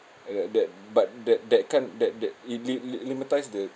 like that but that that kind that that it li~ limitise the